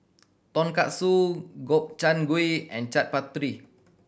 Tonkatsu Gobchang Gui and Chaat Papri